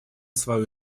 свою